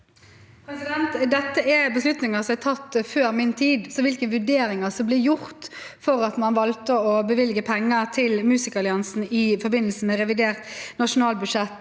Dette er beslutninger som er tatt før min tid, så hvilke vurderinger som ble gjort da man valgte å bevilge penger til Musikeralliansen i forbindelse med revidert nasjonalbudsjett